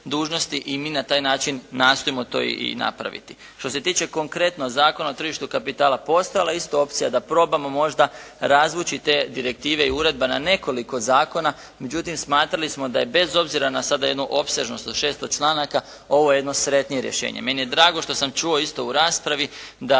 i mi na taj način nastojimo to i napraviti. Što se tiče konkretno Zakona o tržištu kapitala postojala je isto opcija da probamo možda razvući te direktive i uredbe na nekoliko zakona međutim smatrali smo da je bez obzira na sada jednu opsežnost od 600 članaka ovo jedno sretnije rješenje. Meni je drago što sam čuo isto u raspravi da